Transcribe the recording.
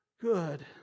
Good